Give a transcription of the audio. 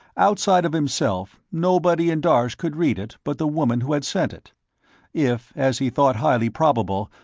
outside of himself, nobody in darsh could read it but the woman who had sent it if, as he thought highly probable,